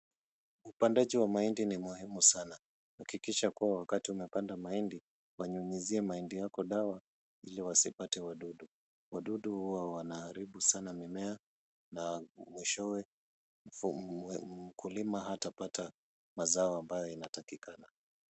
Upandaji wa mahindi ni muhimu sana. Hakikisha kuwa wakati unapanda mahindi unanyunyuzia mahindi yako dawa ili wasipate wadudu. Wadudu huwa wanaharibu sana mimea na mwishowe mkulima hatapata mazao ambayo inatakikana.